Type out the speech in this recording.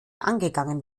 angegangen